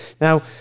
Now